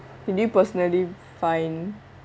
do you personally find